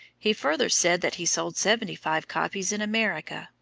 he further said that he sold seventy five copies in america,